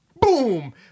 Boom